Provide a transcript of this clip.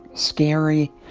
scary.